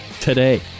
today